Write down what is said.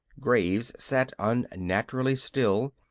graves sat unnaturally still.